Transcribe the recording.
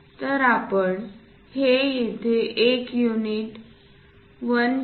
तर आपण हे येथे 1 युनिट 1